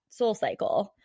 SoulCycle